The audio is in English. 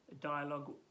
dialogue